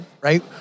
right